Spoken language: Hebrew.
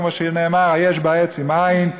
כמו שנאמר "היש בה עץ אם אין".